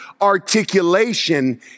articulation